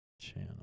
Channel